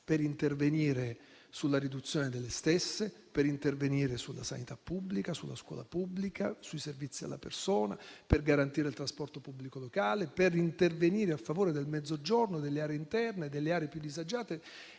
per intervenire sulla riduzione delle stesse, per intervenire sulla sanità e sulla scuola pubblica, sui servizi alla persona, per garantire il trasporto pubblico locale, per intervenire a favore del Mezzogiorno, delle aree interne, delle aree più disagiate